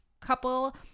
couple